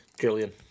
Gillian